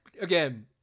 again